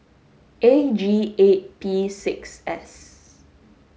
A G eight P six S